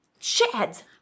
shitheads